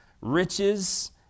riches